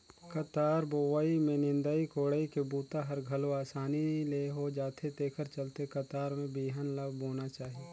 कतार बोवई में निंदई कोड़ई के बूता हर घलो असानी ले हो जाथे तेखर चलते कतार में बिहन ल बोना चाही